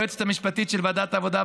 היועצת המשפטית של ועדת העבודה,